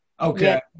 okay